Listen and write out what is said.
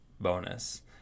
bonus